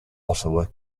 ottawa